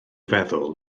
feddwl